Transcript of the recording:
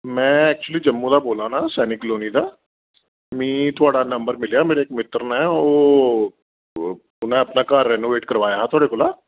में ऐक्चुली जम्मू दा बोला ना सैनिक कलोनी दा मिगी थोआढ़ा नंबर मिलेआ मेरे इक मित्तर ने ओह् उ'नें अपना घर रैनोवेट कराया हा थोआढ़े कोला